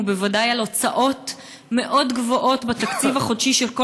ובוודאי על הוצאות מאוד גבוהות בתקציב החודשי של כל